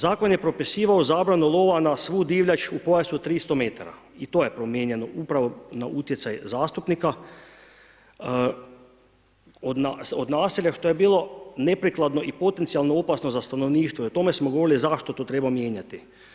Zakon je propisivao zabranu lova na svu divljač u pojasu tristo metara i to je promijenjeno upravo na utjecaj zastupnika, od naselja, što je bilo neprikladno i potencijalno opasno za stanovništvo i o tome smo govorili zašto to treba mijenjati.